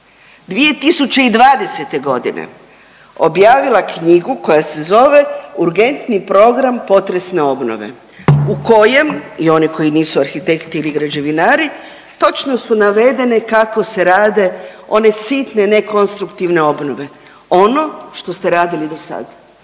2020.g. objavila knjigu koja se zove „Urgentni program potresne obnove“ u kojem i oni koji nisu arhitekti ili građevinari točno su navedene kako se rade one sitne nekonstruktivne obnove, ono što ste radili do sad,